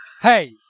Hey